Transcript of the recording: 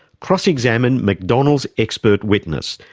cross-examined mcdonald's expert witness,